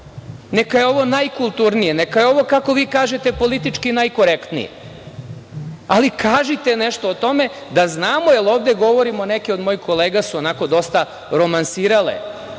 neka je ovo najkulturnije, neka je ovo, kako vi kažete, politički najkorektniji, ali kažite nešto o tome, da znamo. Neki od mojih kolega su onako dosta romansirali